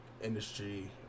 industry